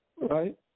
right